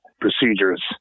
procedures